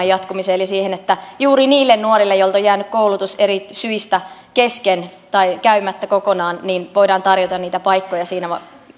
jatkumiseen eli siihen että juuri niille nuorille joilta on jäänyt koulutus eri syistä kesken tai käymättä kokonaan voidaan tarjota niitä paikkoja siinä